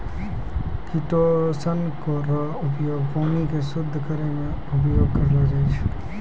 chitosan रो उपयोग पानी के शुद्ध करै मे उपयोग करलो जाय छै